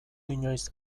inoiz